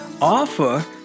offer